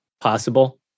possible